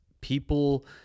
people